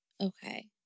Okay